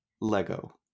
Lego